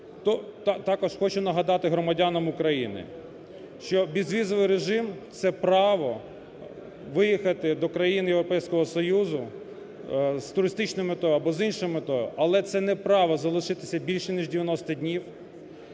Також хочу нагадати громадянам України, що безвізовий режим – це право виїхати до країн Європейського Союзу з туристичною метою або з іншою метою, але це не право залишитися більш, ніж 90 днів,